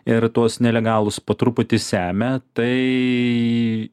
ir tuos nelegalus po truputį semia tai